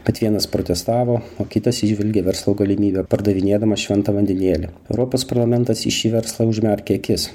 kad vienas protestavo o kitas įžvelgė verslo galimybę pardavinėdamas šventą vandenėlį europos parlamentas į šį verslą užmerkė akis